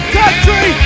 country